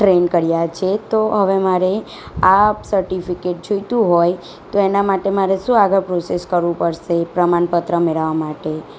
train કર્યા છે તો હવે મારે આ સર્ટિફિકેટ જોઈતું હોય તો એના માટે મારે શું આગળ પ્રોસેસ કરવું પડશે પ્રમાણપત્ર મેળવવા માટે